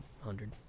hundred